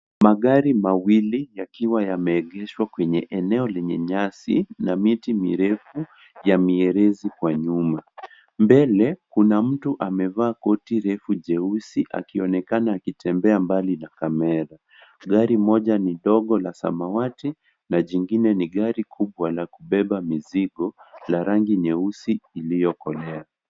Magari mawili yakowa yameegeshwa kwenye eneo lenye nyasi na miti mirefu ya mirizi kwa nyuma. Mbele kuna mtu amevaa koti refu jeusi akionekana akotembea mbali na kamera. Gari moja ni dogo la samawati na jingone ni gari kubwa la kubeba mizigo la rangi nyeusi iliyokolea.